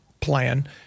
plan